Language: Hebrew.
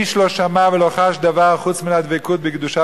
איש לא שמע ולא חש דבר חוץ מן הדבקות בקדושת